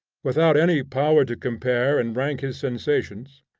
without any power to compare and rank his sensations,